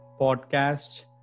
podcast